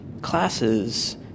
classes